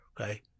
okay